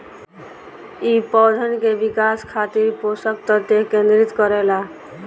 इ पौधन के विकास खातिर पोषक तत्व केंद्रित करे ला